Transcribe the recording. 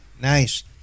Nice